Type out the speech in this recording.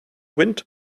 wind